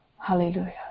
Hallelujah